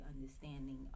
understanding